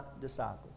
disciples